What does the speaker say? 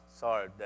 Sorry